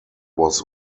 was